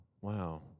wow